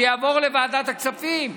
שיעברו לוועדת הכספים,